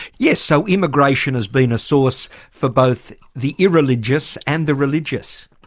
yes, so immigration has been a source for both the irreligious and the religious.